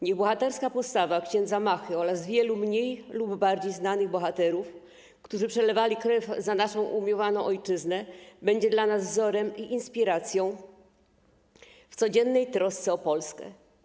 Niech bohaterska postawa ks. Machy oraz wielu mniej lub bardziej znanych bohaterów, którzy przelewali krew za naszą umiłowaną ojczyznę, będzie dla nas wzorem i inspiracją w codziennej trosce o Polskę.